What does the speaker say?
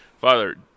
Father